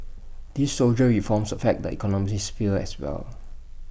these soldier reforms affect the economic sphere as well